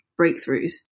breakthroughs